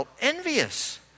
envious